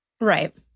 Right